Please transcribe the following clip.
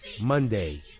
Monday